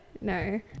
no